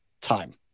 time